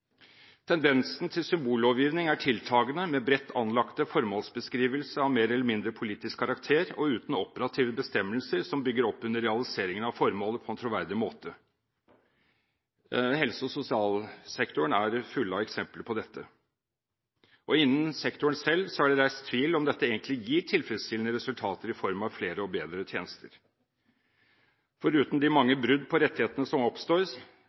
Tendensen til symbollovgivning er tiltagende, med bredt anlagte formålsbeskrivelser av mer eller mindre politisk karakter og uten operative bestemmelser som bygger opp under realiseringen av formålet på en troverdig måte. Helse- og sosialsektoren er full av eksempler på dette. Innen sektoren selv er det reist tvil om dette egentlig gir tilfredsstillende resultater i form av flere og bedre tjenester. Foruten de mange brudd på rettigheter som oppstår,